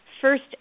first